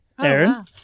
aaron